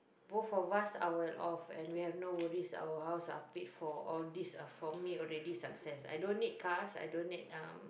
both for us I will off and we have no worries our house are paid for all this are for me already success I don't need cars I don't need um